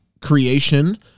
creation